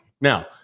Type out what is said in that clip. Now